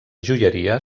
joieria